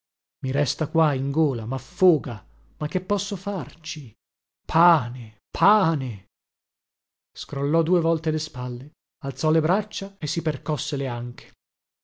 i resta qua in gola maffoga ma che posso farci pane pane scrollò due volte le spalle alzò le braccia e si percosse le anche